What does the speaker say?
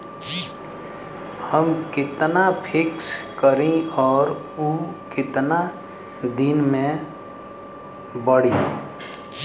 हम कितना फिक्स करी और ऊ कितना दिन में बड़ी?